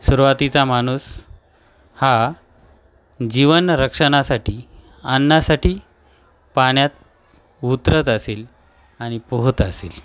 सुरुवातीचा माणूस हा जीवन रक्षणासाठी अन्नासाठी पाण्यात उतरत असेल आणि पोहत असेल